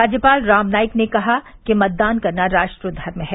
राज्यपाल राम नाईक ने कहा कि मतदान करना राष्ट्र धर्म है